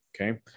okay